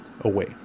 away